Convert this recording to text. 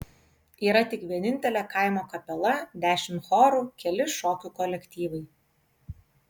yra tik vienintelė kaimo kapela dešimt chorų keli šokių kolektyvai